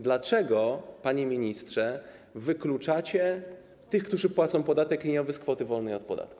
Dlaczego, panie ministrze, wykluczacie tych, którzy płacą podatek liniowy, z kwoty wolnej od podatku?